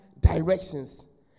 directions